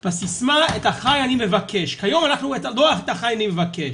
בסיסמא: את החיי אני מבקש כיום אנחנו לא את החי אני מבקש,